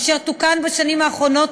אשר תוקן בשנים האחרונות,